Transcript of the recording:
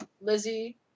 Lizzie